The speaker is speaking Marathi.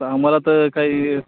तर आम्हाला तर काही